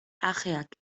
ajeak